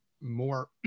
more